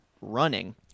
running